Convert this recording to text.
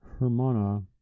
Hermona